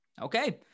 Okay